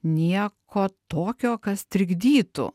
nieko tokio kas trikdytų